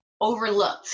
overlooked